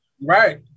right